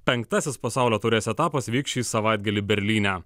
penktasis pasaulio taurės etapas vyks šį savaitgalį berlyne